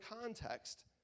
context